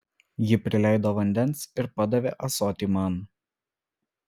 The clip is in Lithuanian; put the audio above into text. ji prileido vandens ir padavė ąsotį man